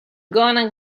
gonna